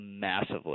massively